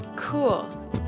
cool